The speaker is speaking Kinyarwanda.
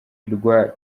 bya